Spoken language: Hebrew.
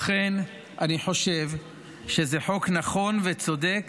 לכן, אני חושב שזה חוק נכון וצודק